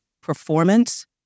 performance